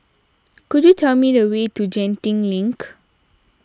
could you tell me the way to Genting Link